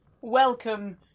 Welcome